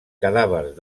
cadàvers